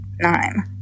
nine